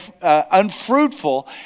unfruitful